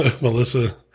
Melissa